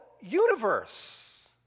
universe